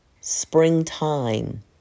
springtime